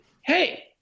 Hey